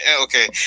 okay